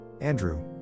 Andrew